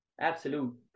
absolute